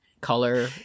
color